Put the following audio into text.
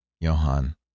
Johan